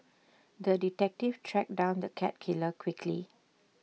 the detective tracked down the cat killer quickly